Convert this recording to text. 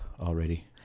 already